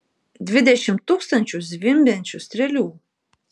dvidešimt tūkstančių zvimbiančių strėlių